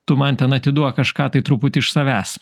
tu man ten atiduok kažką tai truputį iš savęs